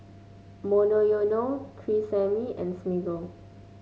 Monoyono Tresemme and Smiggle